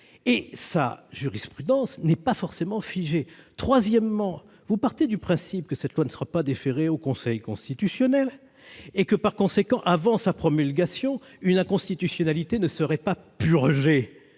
Sa jurisprudence n'est pas forcément figée. En outre, vous partez du principe que cette loi ne sera pas déférée au Conseil constitutionnel et que, par conséquent, avant sa promulgation, elle ne serait pas purgée